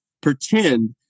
pretend